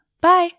bye